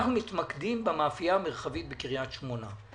אנחנו מתמקדים במאפייה המרחבית בקריית שמונה.